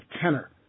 tenor